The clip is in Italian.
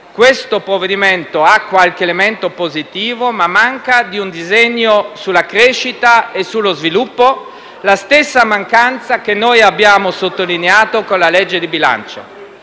questo provvedimento ha qualche elemento positivo, ma manca di un disegno sulla crescita e sullo sviluppo, la stessa mancanza che noi abbiamo sottolineato con la legge di bilancio.